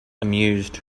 amused